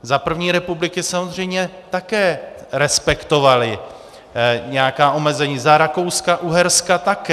Za první republiky samozřejmě také respektovali nějaká omezení, za RakouskaUherska také.